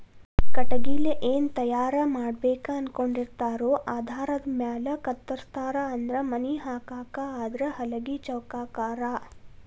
ಕಟಗಿಲೆ ಏನ ತಯಾರ ಮಾಡಬೇಕ ಅನಕೊಂಡಿರತಾರೊ ಆಧಾರದ ಮ್ಯಾಲ ಕತ್ತರಸ್ತಾರ ಅಂದ್ರ ಮನಿ ಹಾಕಾಕ ಆದ್ರ ಹಲಗಿ ಚೌಕಾಕಾರಾ